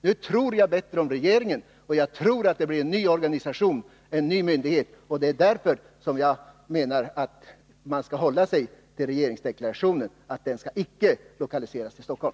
Nu tror jag bättre om regeringen, och jag tror att det blir en ny organisation, en ny myndighet. Det är därför som jag menar att man skall hålla sig till regeringsdeklarationen — organisationen skall inte lokaliseras till Stockholm.